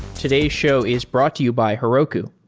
today's show is brought to you by heroku,